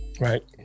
right